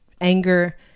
anger